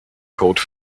code